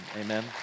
Amen